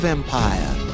Empire